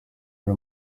ari